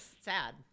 sad